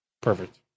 Perfect